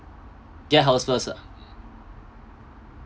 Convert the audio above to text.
get house first ah